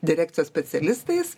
direkcijos specialistais